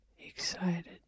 Excited